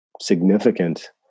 significant